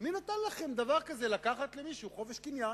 יש חוק חופש הקניין.